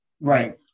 Right